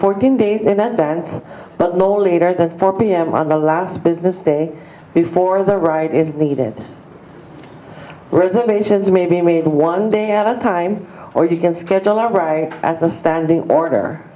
fourteen days in advance but no later than four pm on the last business day before that right is needed reservations may be made one day at a time or you can schedule out right as a standing order